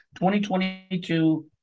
2022